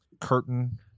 curtain